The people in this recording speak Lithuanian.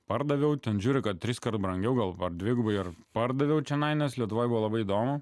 pardaviau ten žiūriu kad triskart brangiau gal ar dvigubai ar pardaviau čionai nes lietuvoje buvo labai įdomu